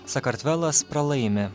sakartvelas pralaimi